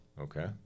Okay